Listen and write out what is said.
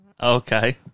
Okay